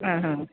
ആ ഹാ